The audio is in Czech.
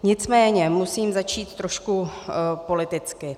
Nicméně musím začít trošku politicky.